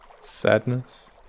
Sadness